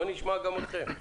נשמע גם אתכם.